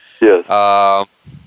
Yes